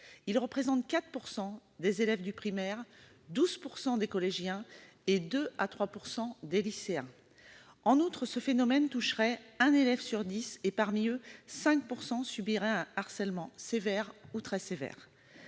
Ils représentent 4 % des élèves du primaire, 12 % des collégiens et de 2 % à 3 % des lycéens. Ce phénomène toucherait un élève sur dix et, parmi eux, 5 % subiraient un harcèlement sévère ou très sévère.